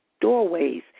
doorways